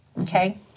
okay